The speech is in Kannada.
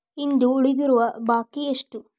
ಇಂದು ಉಳಿದಿರುವ ಬಾಕಿ ಎಷ್ಟು?